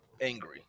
angry